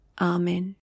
Amen